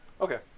Okay